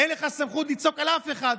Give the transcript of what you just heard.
אין לך סמכות לצעוק על אף אחד.